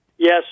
Yes